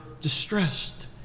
distressed